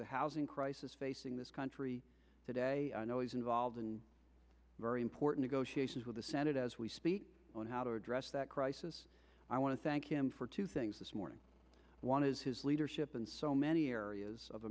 the housing crisis facing this country today i know he's involved in a very important go she says with the senate as we speak on how to address that crisis i want to thank him for two things this morning one is his leadership in so many areas of